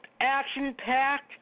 action-packed